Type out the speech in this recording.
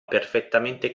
perfettamente